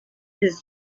his